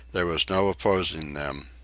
there was no opposing them.